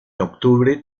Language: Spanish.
octubre